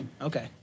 Okay